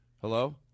Hello